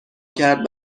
کرد